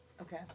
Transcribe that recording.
Okay